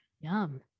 yum